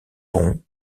pont